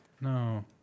No